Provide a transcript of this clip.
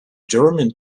german